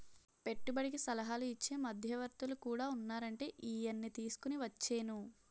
పెట్టుబడికి సలహాలు ఇచ్చే మధ్యవర్తులు కూడా ఉన్నారంటే ఈయన్ని తీసుకుని వచ్చేను